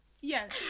Yes